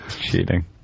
Cheating